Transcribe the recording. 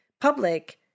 public